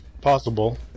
Possible